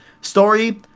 story